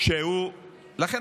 כל אמירה שכזאת מישהו נושא עליו חטא,